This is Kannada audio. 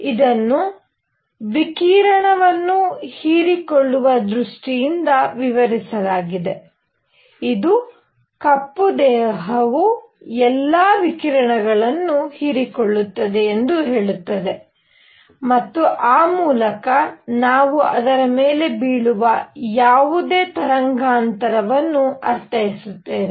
ಇದನ್ನು ವಿಕಿರಣವನ್ನು ಹೀರಿಕೊಳ್ಳುವ ದೃಷ್ಟಿಯಿಂದ ವಿವರಿಸಲಾಗಿದೆ ಇದು ಕಪ್ಪು ದೇಹವು ಎಲ್ಲಾ ವಿಕಿರಣಗಳನ್ನು ಹೀರಿಕೊಳ್ಳುತ್ತದೆ ಎಂದು ಹೇಳುತ್ತದೆ ಮತ್ತು ಆ ಮೂಲಕ ನಾವು ಅದರ ಮೇಲೆ ಬೀಳುವ ಯಾವುದೇ ತರಂಗಾಂತರವನ್ನು ಅರ್ಥೈಸುತ್ತೇವೆ